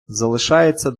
залишається